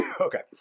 Okay